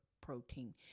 protein